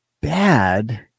bad